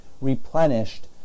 replenished